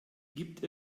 gibt